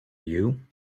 you